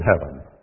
heaven